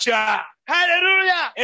Hallelujah